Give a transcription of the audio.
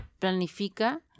planifica